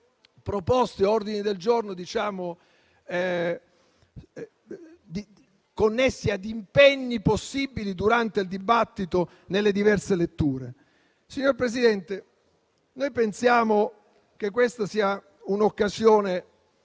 presenterà ordini del giorno connessi ad impegni possibili durante il dibattito nelle diverse letture. Signor Presidente, noi pensiamo che questa sia un'occasione